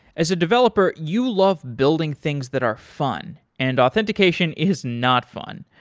as a developer, you love building things that are fun, and authentication is not fun.